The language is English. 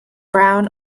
brown